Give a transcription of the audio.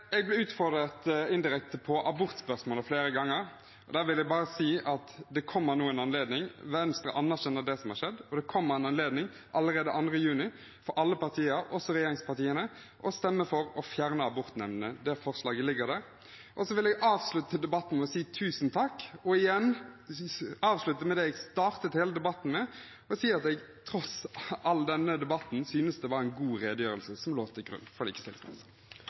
Jeg ble utfordret indirekte på abortspørsmålet flere ganger. Der vil jeg bare si at det nå kommer en anledning. Venstre anerkjenner det som har skjedd, og det kommer en anledning allerede 2. juni for alle partier, også regjeringspartiene, til å stemme for å fjerne abortnemndene. Det forslaget ligger der. Så vil jeg avslutte debatten med å si tusen takk og – igjen det jeg startet med – at jeg tross all denne debatten synes det var en god redegjørelse som lå til grunn